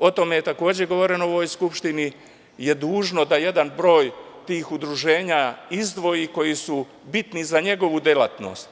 o tome je takođe govoreno u ovoj Skupštini, dužno je da jedan broj tih udruženja izdvoji koji su bitni za njegovu delatnost.